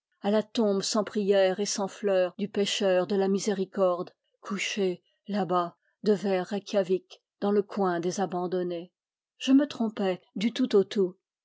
à la tombe sans prière et sans fleurs du pêcheur de la miséricorde couché là-bas devers reikiavik dans le coin des abandonnés je me trompais du tout